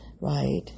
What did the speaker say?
right